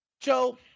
Joe—